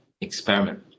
experiment